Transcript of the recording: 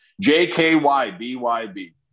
J-K-Y-B-Y-B